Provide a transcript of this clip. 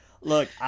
Look